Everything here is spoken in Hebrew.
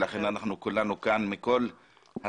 ולכן אנחנו כאן מכל הסיעות,